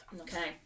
okay